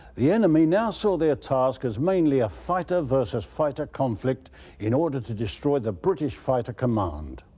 the enemy now saw their task as mainly a fighter versus fighter conflict in order to destroy the british fighter command.